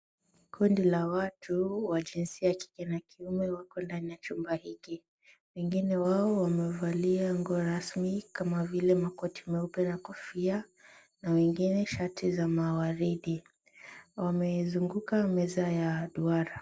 Kundi la watu wa jinsia ya kike na kiume wako ndani ya chumba hiki. Wengine wao wamevalia nguo rasmi kama vile makoti meupe na kofia na wengine shati za mawaridi. Wameizunguka meza ya duara.